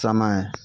समय